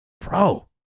bro